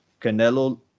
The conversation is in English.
Canelo